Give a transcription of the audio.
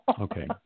Okay